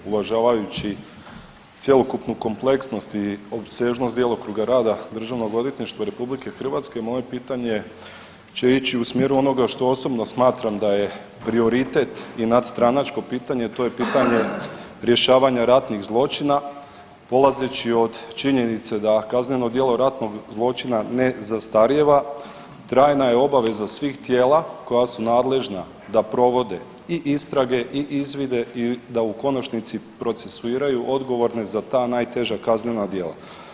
Uvažavajući cjelokupnu kompleksnost i opsežnost djelokruga rada DORH-a moje pitanje će ići u smjeru onoga što osobno smatram da je prioritet i nadstranačko pitanje, a to je pitanje rješavanja ratnih zločina, polazeći od činjenice da kazneno djelo ratnog zločina ne zastarijeva trajna je obaveza svih tijela koja su nadležna da provode i istrage i izvide i da u konačnici procesuiraju odgovorne za ta najteža kaznena djela.